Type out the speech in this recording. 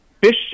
Fish